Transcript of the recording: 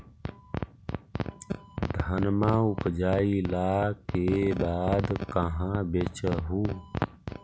धनमा उपजाईला के बाद कहाँ बेच हू?